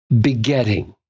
begetting